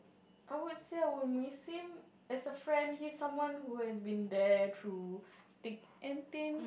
I would say I will miss him as a friend he's someone who has been there through thick and thin